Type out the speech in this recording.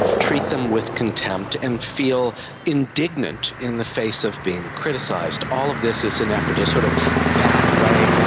treat them with contempt and feel indignant in the face of being criticised. all of this is an effort to sort of bat away,